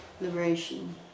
liberation